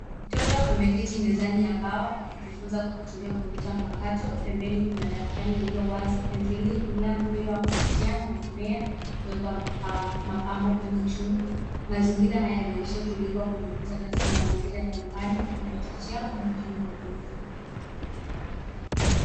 Mtoto ameketi mezani ya mbao akijifunza kwa kutumia kompyuta mpakato. Pembeni kuna daftari iliyo wazi, penseli, rula, mpira wa kuvutia na mmea mdogo wa mapambo kwenye chungu. Mazingira haya yanaonyesha utulivu wa kujifunza katika mazingira ya nyumbani yanayochochea umakini na ubunifu.